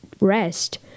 rest